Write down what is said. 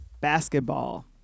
basketball